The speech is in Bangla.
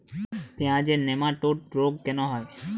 পেঁয়াজের নেমাটোড রোগ কেন হয়?